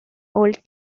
old